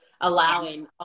allowing